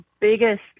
Biggest